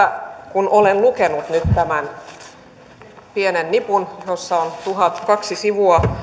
kun olen lukenut nyt tämän pienen nipun jossa on tuhatkaksi sivua